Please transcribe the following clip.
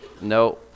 no